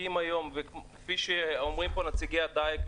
כפי שאומרים פה נציגי הדייג,